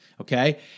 okay